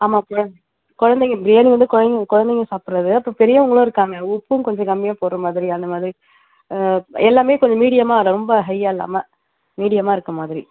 ஆமாம் சார் குழந்தைங்க பிரியாணி வந்து குழந்தைங்க சாப்பிட்றது அப்புறம் பெரியவர்களும் இருக்காங்க உப்பும் கொஞ்சம் கம்மியாக போடுற மாதிரி அந்த மாதிரி எல்லாமே கொஞ்சம் மீடியமாக ரொம்ப ஹையாக இல்லாமல் மீடியமாக இருக்க மாதிரி